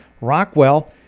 Rockwell